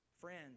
Friends